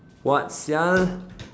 what sia